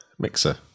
Mixer